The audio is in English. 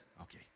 okay